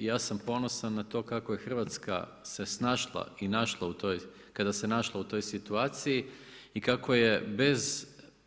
Ja sam ponosan na to kako je Hrvatska se snašla kada se našla u toj situaciji i kako je bez